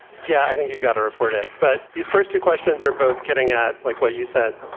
yeah. i think you've got to report it. but these first two questions are both getting at like what you said,